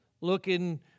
looking